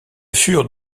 furent